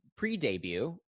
pre-debut